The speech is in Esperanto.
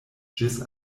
ĝis